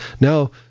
Now